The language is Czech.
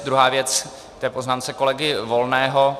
Druhá věc k té poznámce kolegy Volného.